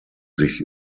sich